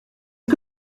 que